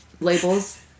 labels-